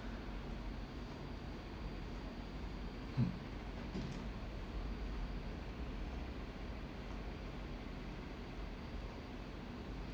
mm